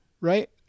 right